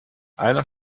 einer